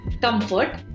comfort